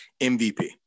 MVP